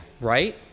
Right